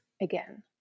again